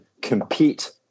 compete